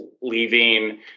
leaving